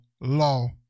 law